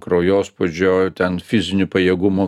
kraujospūdžio ten fizinių pajėgumų